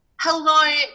Hello